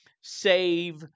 save